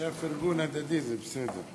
היה פרגון הדדי, זה בסדר.